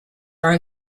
are